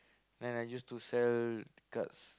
man I just to sell cards